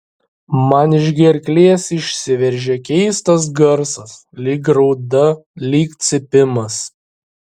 man iš gerklės išsiveržia keistas garsas lyg rauda lyg cypimas